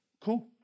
cool